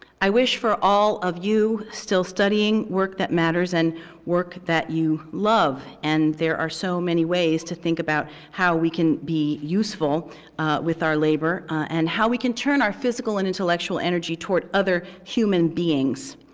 i wish for all of you still studying work that matters and work that you love, and there are so many ways to think about how we can be useful with our labor and how we can turn our physical and intellectual energy toward other human beings,